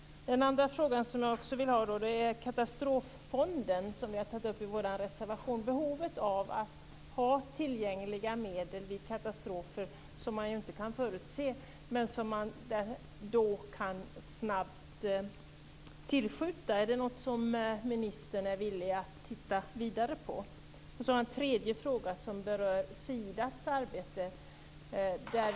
Min andra fråga gäller den katastroffond som vi har tagit upp i vår reservation. Det finns ett behov av att snabbt kunna tillskjuta medel vid katastrofer som inte kan förutses. Är ministern villig att titta vidare på detta? Min tredje fråga berör arbetet inom Sida.